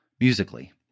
musically